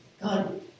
God